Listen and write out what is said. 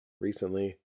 recently